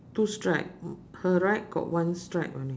two stripe her right got one stripe only